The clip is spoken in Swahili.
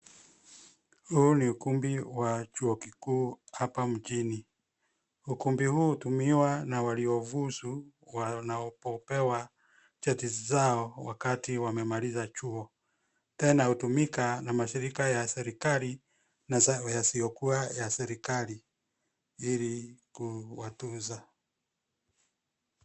Huu ni ukumbi wa chuo kikuu hapa mjini. Ukumbi huu hutumiwa na waliofuzu, wanaopewa cheti zao wakati wamemaliza chuo. Tena hutumika na mashirika ya serikali na yasiyokuwa ya serikali ili kuwatuza.